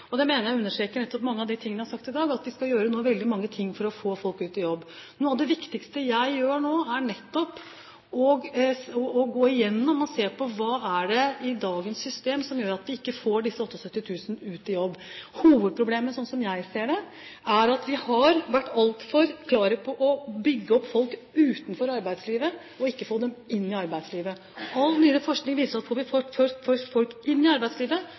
Det mener jeg understrekes nettopp i mye av det jeg har sagt i dag, at vi nå skal gjøre veldig mange ting for å få folk ut i jobb. Noe av det viktigste jeg gjør nå, er nettopp å gå gjennom og se på hva det er i dagens system som gjør at vi ikke får disse 78 000 ut i jobb. Hovedproblemet, sånn som jeg ser det, er at vi har vært altfor klare på å bygge opp folk utenfor arbeidslivet og ikke på å få dem inn i arbeidslivet. All nyere forskning viser at får vi først folk inn i arbeidslivet,